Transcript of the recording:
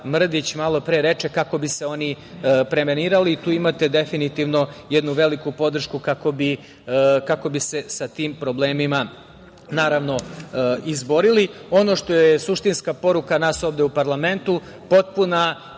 malo pre reče, kako bi se oni prevenirali i tu imate definitivno jednu veliku podršku kako bi se sa tim problemima, naravno, izborili. Ono što je suštinska poruka nas ovde u parlamentu, potpuna